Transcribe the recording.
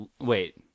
Wait